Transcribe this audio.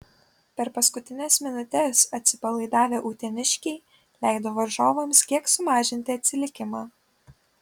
per paskutines minutes atsipalaidavę uteniškiai leido varžovams kiek sumažinti atsilikimą